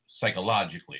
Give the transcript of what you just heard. psychologically